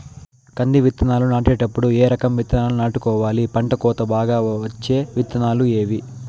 కంది విత్తనాలు నాటేటప్పుడు ఏ రకం విత్తనాలు నాటుకోవాలి, పంట కోత బాగా వచ్చే విత్తనాలు ఏవీ?